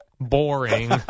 boring